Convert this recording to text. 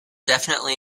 definitely